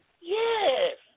Yes